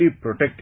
protect